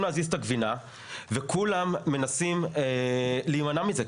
להזיז את הגבינה וכולם מנסים להימנע מזה,